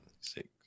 Six